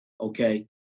Okay